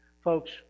Folks